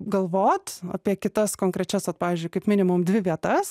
galvot apie kitas konkrečias vat pavyzdžiui kaip minimum dvi vietas